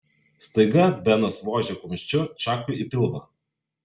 staiga benas vožė kumščiu čakui į pilvą